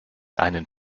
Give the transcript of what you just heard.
einen